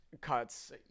cuts